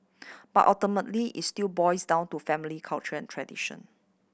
but ultimately it still boils down to family culture and tradition